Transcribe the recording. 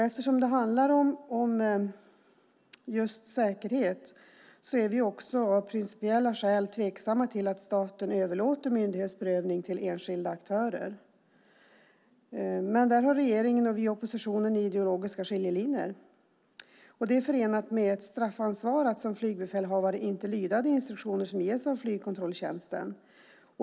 Eftersom det handlar om just säkerhet är vi också av principiella skäl tveksamma till att staten överlåter myndighetsprövning till enskilda aktörer. Men där har regeringen och vi i oppositionen ideologiska skiljelinjer. Det är förenat med straffansvar att som flygbefälhavare inte lyda de instruktioner som ges av flygkontrolltjänsten.